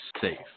safe